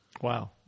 wow